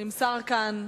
נמסר כאן,